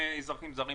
הטיסה.